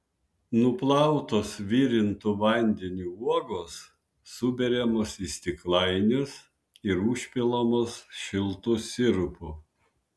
nuplautos virintu vandeniu uogos suberiamos į stiklainius ir užpilamos šiltu sirupu